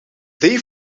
they